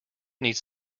needs